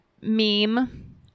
meme